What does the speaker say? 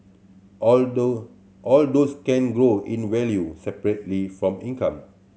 although all those can grow in value separately from income